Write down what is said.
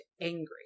angry